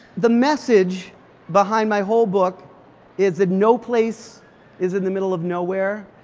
the message behind my whole book is that no place is in the middle of nowhere.